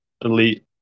elite